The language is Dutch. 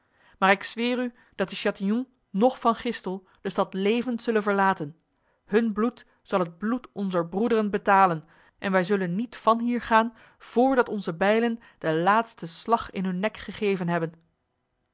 maar ik zweer u dat de chatillon noch van gistel de stad levend zullen verlaten hun bloed zal het bloed onzer broederen betalen en wij zullen niet van hier gaan voordat onze bijlen de laatste slag in hun nek gegeven hebben